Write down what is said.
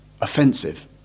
offensive